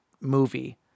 movie